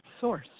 source